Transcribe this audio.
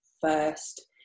first